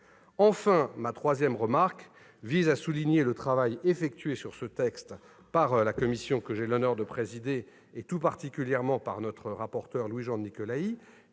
Enfin, ma troisième remarque vise à souligner le travail effectué sur ce texte par la commission que j'ai l'honneur de présider, tout particulièrement par le rapporteur, Louis-Jean de Nicolaÿ,